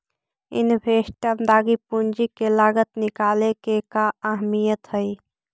Investor लागी पूंजी के लागत निकाले के का अहमियत हई?